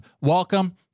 Welcome